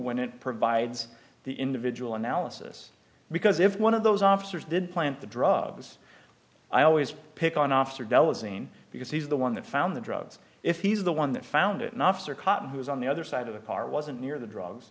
when it provides the individual analysis because if one of those officers did plant the drugs i always pick on officer della scene because he's the one that found the drugs if he's the one that found it an officer cop who was on the other side of the car wasn't near the drugs